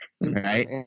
right